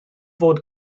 fod